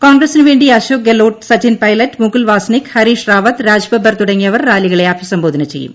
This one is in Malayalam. കോൺഗ്രസിനുവേണ്ടി അശോക് ഗെലോട്ട് സച്ചിൻ പൈലറ്റ് മുകുൽ വാസ്നിക് ഹരീഷ് റാവത്ത് രാജ് ബബ്ബർ തുടങ്ങിയവർ റാലികളെ അഭിസംബോധന ചെയ്യും